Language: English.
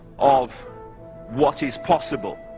of what is possible,